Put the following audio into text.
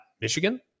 Michigan